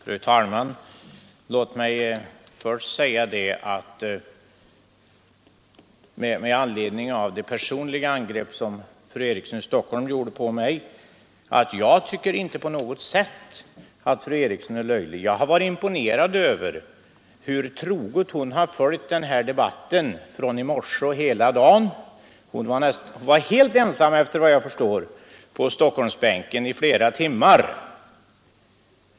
Fru talman! Låt mig först säga att jag inte, med anledning av de personliga angrepp som fru Eriksson i Stockholm gjorde mot mig, tycker att fru Eriksson på något sätt är löjlig. Jag är imponerad av att hon troget följt denna debatt hela dagen. Hon var, såvitt jag kan förstå, helt ensam på Stockholmsbänken i flera timmar.